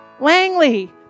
Langley